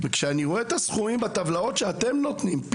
כשאני רואה את הסכומים בטבלאות שאתם נותנים,